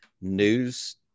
news